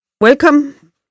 Welcome